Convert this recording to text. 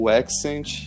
accent